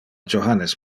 johannes